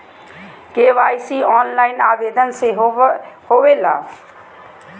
KYC online आवेदन से होवे ला?